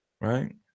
Right